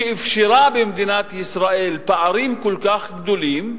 שאפשרה במדינת ישראל פערים כל כך גדולים,